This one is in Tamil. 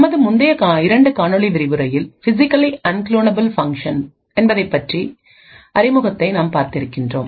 நமது முந்தைய இரண்டு காணொளி விரிவுரையில் பிசிக்கலி அன்குலோனபுல் ஃபங்ஷன்ஸ் என்பதைப்பற்றிய அறிமுகத்தை நாம் பார்த்திருக்கின்றோம்